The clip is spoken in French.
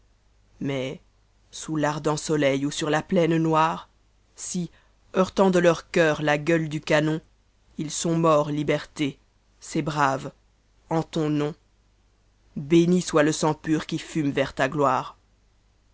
mais sous fardent soleil ou sur lu ptainotmm s heurtant de leur cœur a gueule du canota ils sont morts liberté ces braves en tonnom kcmi soit ie sang pur qui fume vers ta gloire